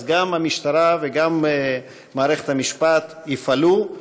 גם המשטרה וגם מערכת המשפט יפעלו,